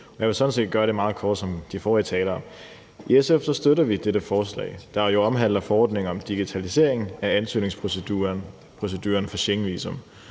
jeg vil sådan set gøre det meget kort ligesom de forrige talere. I SF støtter vi dette forslag, der jo omhandler forordningen om digitalisering af ansøgningsproceduren for Schengenvisum.